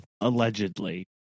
Allegedly